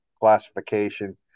classification